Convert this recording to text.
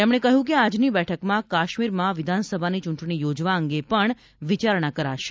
તેમણે કહ્યું કે આજની બેઠકમાં કાશ્મીરમાં વિધાનસભાની ચૂંટણી યોજવા અંગે પણ વિચારણા કરાશે